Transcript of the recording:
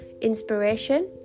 inspiration